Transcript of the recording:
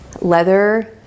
Leather